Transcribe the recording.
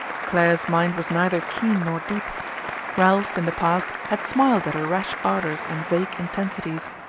clare's mind was neither keen nor deep ralph, in the past, had smiled at her rash ardours and vague intensities.